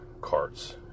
carts